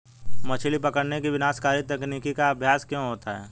मछली पकड़ने की विनाशकारी तकनीक का अभ्यास क्यों होता है?